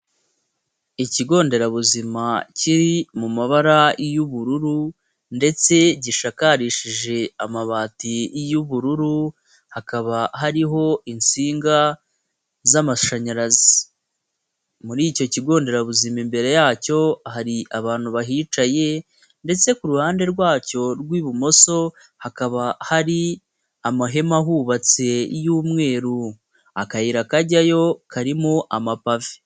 Ikigo nderabuzima kiri mu mabara y'ubururu ndetse gishakarishije amabati y'ubururu hakaba hariho insinga z'amashanyarazi. Muri icyo kigo nderabuzima imbere yacyo hari abantu bahicaye ndetse ku ruhande rwacyo rw'ibumoso hakaba hari amahema ahubatse iy'umweru, akayira kajyayo karimo amapave.